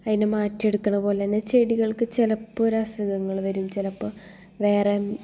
അതിനെ മാറ്റിയെടുക്കണ പോലെ തന്നെ ചെടികൾക്ക് ചിലപ്പോൾ ഒരു അസുഖങ്ങൾ വരും ചിലപ്പോൾ വേറെ